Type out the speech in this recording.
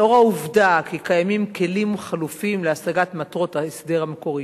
לאור העובדה שקיימים כלים חלופיים להשגת מטרות ההסדר המקוריות.